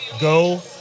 go